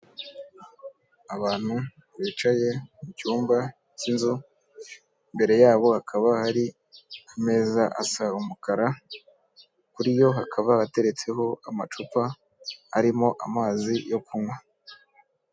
Abantu bicaye mu cyumba cy'inzu, imbere yabo hakaba hari ku meza asa umukara, kuri yo hakaba hateretseho amacupa arimo amazi yo kunywa.